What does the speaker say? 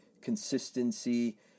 consistency